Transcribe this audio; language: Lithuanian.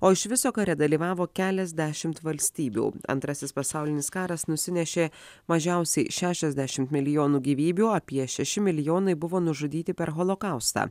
o iš viso kare dalyvavo keliasdešimt valstybių antrasis pasaulinis karas nusinešė mažiausiai šešiasdešim milijonų gyvybių apie šeši milijonai buvo nužudyti per holokaustą